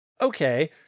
okay